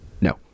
No